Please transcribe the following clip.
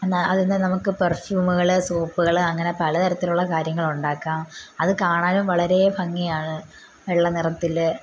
എന്നാല് അതിനെ നമുക്ക് പെർഫ്യൂമുകള് സോപ്പുകള് അങ്ങനെ പലതരത്തിലുള്ള കാര്യങ്ങളുണ്ടാക്കാം അത് കാണാനും വളരേ ഭംഗിയാണ് വെള്ളനിറത്തില്